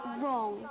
wrong